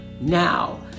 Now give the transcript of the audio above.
now